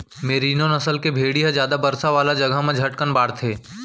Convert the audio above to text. मेरिनों नसल के भेड़ी ह जादा बरसा वाला जघा म झटकन बाढ़थे